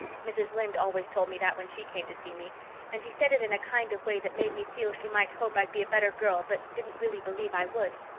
mrs. lynde always told me that when she came to see me and she said it in a kind of way that made me feel she might hope i'd be a better girl but didn't really believe i would.